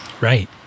Right